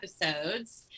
episodes